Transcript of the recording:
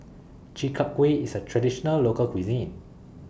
Chi Kak Kuih IS A Traditional Local Cuisine